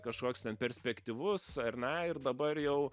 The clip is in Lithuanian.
kažkoks ten perspektyvus ar ne ir dabar jau